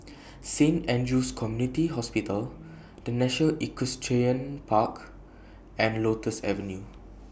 Saint Andrew's Community Hospital The National Equestrian Park and Lotus Avenue